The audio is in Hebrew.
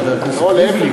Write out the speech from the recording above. חבר הכנסת ריבלין.